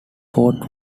fort